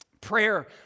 Prayer